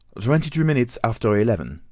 twenty-two minutes after eleven,